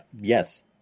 Yes